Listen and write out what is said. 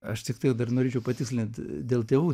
aš tiktai dar norėčiau patikslinti dėl tėvų